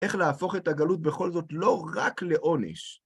איך להפוך את הגלות בכל זאת, לא רק לעונש.